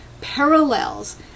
parallels